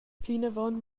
plinavon